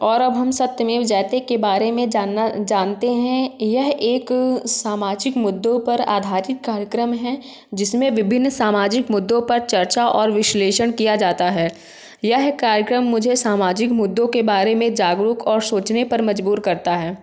और अब हम सत्यमेव जयते के बारे में जानना जानते हैं यह एक सामाजिक मुद्दों पर आधारित कार्यक्रम है जिसमें विभिन्न सामाजिक मुद्दों पर चर्चा और विश्लेषण किया जाता है यह कार्यक्रम मुझे सामाजिक मुद्दों के बारे में जागरूक और सोचने पर मजबूर करता है